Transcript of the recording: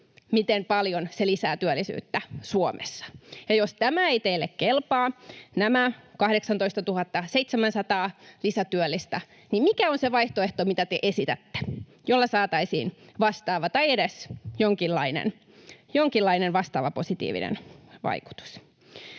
miten paljon se lisää työllisyyttä Suomessa. Ja jos nämä 18 700 lisätyöllistä eivät teille kelpaa, niin mikä on se vaihtoehto, mitä te esitätte, jolla saataisiin vastaava tai edes jonkinlainen vastaava positiivinen vaikutus?